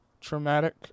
traumatic